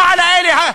לא על הכובשים,